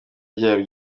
ryawe